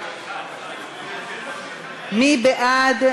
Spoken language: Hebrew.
מי בעד?